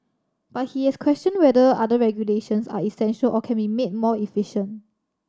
but he has questioned whether other regulations are essential or can be made more efficient